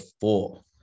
four